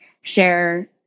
share